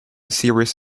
serious